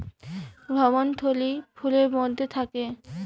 ভ্রূণথলি ফুলের মধ্যে থাকে